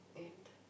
and